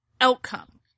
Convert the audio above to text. outcome